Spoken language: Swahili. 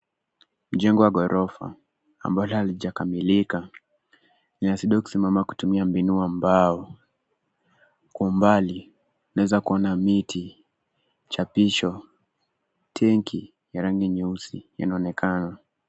Jengo ya ghorofa. Ambalo halijakamilika, inasaidiwa kusimama kutumia mbinu wa mbao. Kwa umbali unaeza kuona miti, chapisho, tenki ya rangi nyeusi inaonekana.